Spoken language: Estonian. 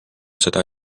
seda